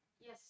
yes